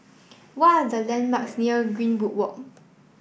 what are the landmarks near Greenwood Walk